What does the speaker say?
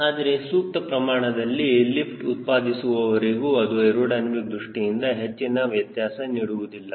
ಆದರೆ ಸೂಕ್ತ ಪ್ರಮಾಣದ ಲಿಫ್ಟ್ ಉತ್ಪಾದಿಸುವವರೆಗೂ ಅದು ಏರೋಡೈನಮಿಕ್ ದೃಷ್ಟಿಯಿಂದ ಹೆಚ್ಚಿನ ವ್ಯತ್ಯಾಸ ನೀಡುವುದಿಲ್ಲ